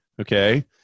Okay